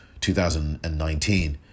2019